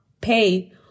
Pay